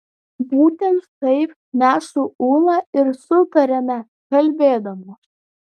būtent taip mes su ūla ir sutariame kalbėdamos